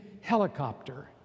helicopter